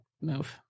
move